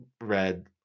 red